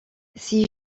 six